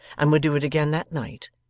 and would do it again that night,